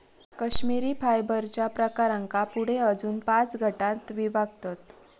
कश्मिरी फायबरच्या प्रकारांका पुढे अजून पाच गटांत विभागतत